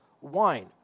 wine